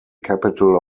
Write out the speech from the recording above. capital